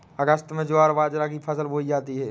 अगस्त में ज्वार बाजरा की फसल बोई जाती हैं